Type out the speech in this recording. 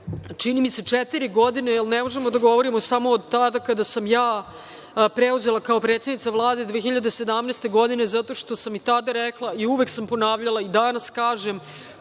čini mi se, četiri godine, jer ne možemo da govorimo samo od tada kada sam ja preuzela kao predsednica Vlade 2017. godine, zato što sam i tada rekla i uvek sam ponavljala i danas kažem